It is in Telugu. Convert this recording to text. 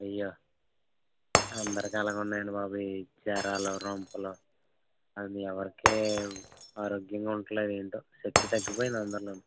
అయ్యో అందరికి అలాగే ఉన్నాయండి బాబోయ్ ఈ జ్వరాలు రొంపులు అయినా ఎవరికి ఆరోగ్యంగా ఉండటం లేదు ఏంటో శక్తి తగ్గిపోయింది అందరిలోనూ